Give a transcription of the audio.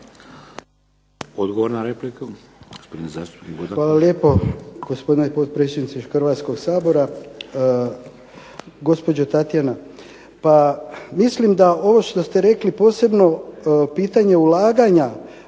Dragutin (SDP)** Hvala lijepo, gospodine potpredsjedniče Hrvatskoga sabora. Gospođo Tatjana, pa mislim da ovo što ste rekli posebno pitanje ulaganje,